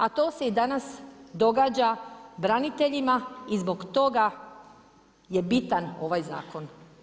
A to se i danas događa braniteljima i zbog toga je bitan ovaj zakon.